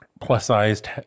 plus-sized